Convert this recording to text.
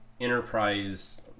enterprise